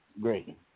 Great